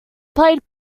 played